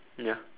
ya